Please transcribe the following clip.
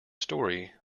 story